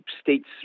states